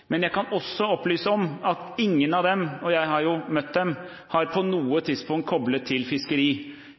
men jeg kan også opplyse om at ingen av dem – og jeg har jo møtt dem – har på noe tidspunkt koblet dette til fiskeri.